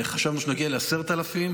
חשבנו שנגיע ל-10,000.